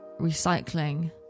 recycling